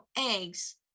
eggs